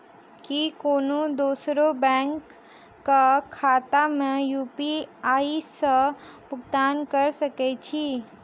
की कोनो दोसरो बैंक कऽ खाता मे यु.पी.आई सऽ भुगतान कऽ सकय छी?